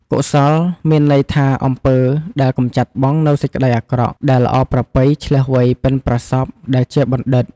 កុសល មានន័យថាអំពើដែលកម្ចាត់បង់នូវសេចក្តីអាក្រក់ ដែលល្អប្រពៃ ឈ្លាសវៃ បុិនប្រសប់ ដែលជាបណ្ឌិត។